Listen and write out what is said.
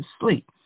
sleep